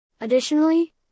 Additionally